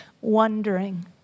wondering